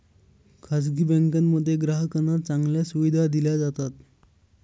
खासगी बँकांमध्ये ग्राहकांना चांगल्या सुविधा दिल्या जातात